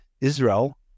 Israel